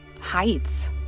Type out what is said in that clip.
heights